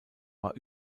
war